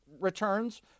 returns